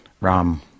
Ram